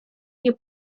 nie